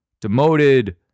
demoted